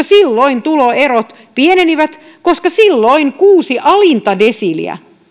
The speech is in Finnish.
silloin tuloerot pienenivät koska silloin kuusi alinta desiiliä